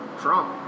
Trump